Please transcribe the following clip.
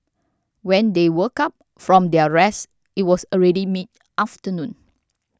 when they woke up from their rest it was already mid afternoon